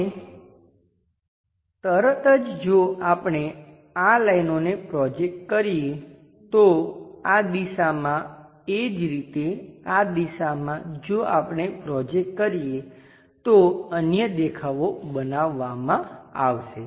હવે તરત જ જો આપણે આ લાઈનોને પ્રોજેક્ટ કરીએ તો આ દિશામાં એ જ રીતે આ દિશામાં જો આપણે પ્રોજેક્ટ કરીએ તો અન્ય દેખાવો બનાવવામાં આવશે